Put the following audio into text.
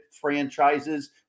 franchises